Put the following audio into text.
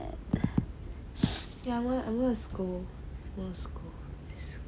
ya I'm going to scold